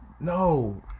No